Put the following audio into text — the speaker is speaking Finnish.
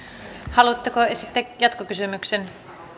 haluatteko esittää jatkokysymyksen